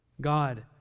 God